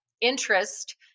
interest